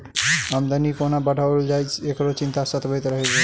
आमदनी कोना बढ़ाओल जाय, एकरो चिंता सतबैत रहैत छै